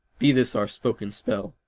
be this our spoken spell,